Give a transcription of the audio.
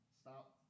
Stop